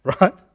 right